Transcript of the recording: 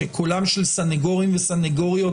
קולם של סנגורים וסנגוריות